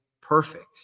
perfect